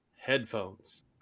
headphones